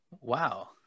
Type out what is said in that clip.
wow